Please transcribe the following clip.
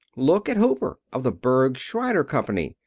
look at hopper, of the berg, shriner company.